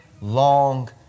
long